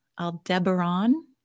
Aldebaran